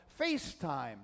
FaceTime